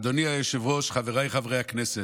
אדוני היושב-ראש, חבריי חברי הכנסת,